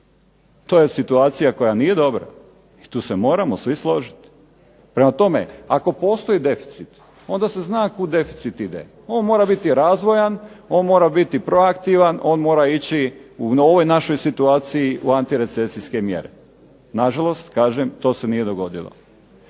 to je situacija koja nije dobra i tu se moramo svi složiti. Prema tome, ako postoji deficit onda se zna kud deficit ide. On mora biti razvojan, on mora biti proaktivan, on mora biti u ovoj našoj situaciji u antirecesijske mjere. Na žalost kažem to se nije dogodilo.